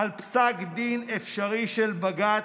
על פסק דין אפשרי של בג"ץ: